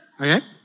Okay